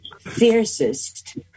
fiercest